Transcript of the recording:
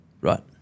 Right